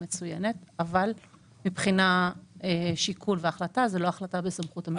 רק שזאת לא החלטה בסמכות המשרד.